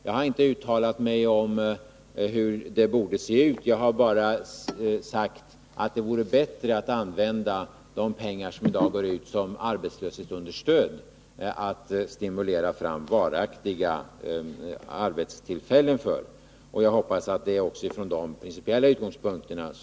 Jag har inte uttalat mig om hur detta avtal bör se ut, utan jag har bara sagt att det är bättre att använda de pengar som i dag ges ut i form av arbetslöshetsunderstöd till att stimulera fram varaktiga arbetstillfällen. Jag hoppas också att Anna-Greta Leijon för samtalen utifrån dessa principiella utgångspunkter.